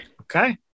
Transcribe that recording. Okay